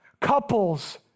couples